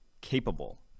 capable